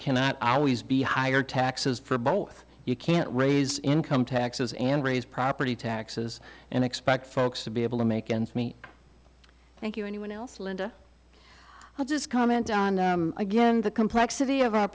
cannot always be higher taxes for both you can't raise income taxes and raise property taxes and expect folks to be able to make ends meet thank you anyone else linda i'll just comment on them again the complexity of our